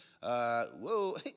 whoa